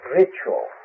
ritual